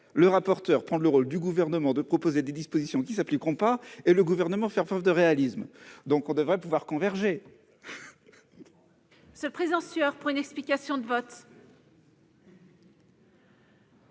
le rapporteur reprend le rôle du Gouvernement en proposant des dispositions qui ne s'appliqueront pas, et le Gouvernement fait preuve de réalisme ... On devrait pouvoir converger